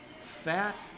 Fat